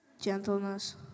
gentleness